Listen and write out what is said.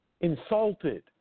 Insulted